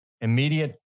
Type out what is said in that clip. immediate